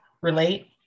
relate